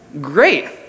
Great